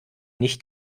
nicht